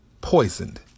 poisoned